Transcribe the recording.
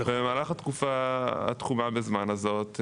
במהלך התקופה התחומה בזמן הזאת,